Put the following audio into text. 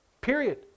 Period